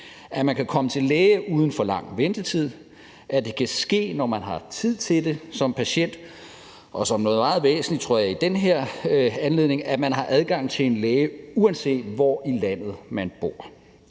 at man kan komme til læge uden for lang ventetid; at det kan ske, når man har tid til det som patient. Og som noget meget væsentligt tror jeg i den her anledning, at man har adgang til en læge, uanset hvor i landet man bor.